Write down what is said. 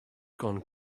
gone